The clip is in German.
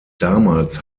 damals